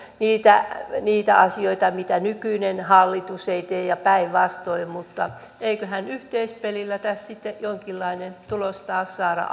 niitä niitä asioita mitä nykyinen hallitus ei tee ja päinvastoin mutta eiköhän yhteispelillä tässä sitten jonkinlainen tulos taas saada